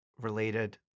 related